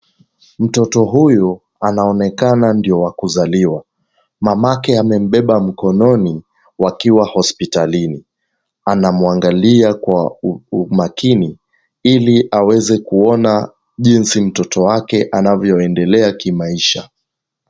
Mtoto huyu anaonekana ndio wa kuzaliwa. Mamake amembeba mkononi, wakiwa hospitalini. Anamwangalia kwa makini, ili aweze kuona jinsi mtoto wake anavyoendelea kimaisha.